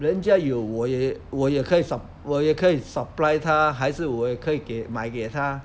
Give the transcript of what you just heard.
人家有我也我也可以我也可以 supply 他还是我也可以给买给他